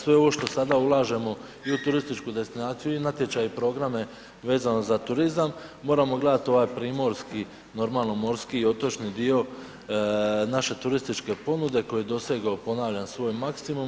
Sve ovo što sada ulažemo i u turističku destinaciju, i natječaj, i programe vezano za turizam moramo gledati ovaj primorski normalno morski i otočni dio naše turističke ponude koji je dosegao ponavljam svoj maksimum.